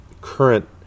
current